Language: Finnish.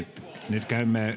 nyt